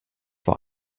vor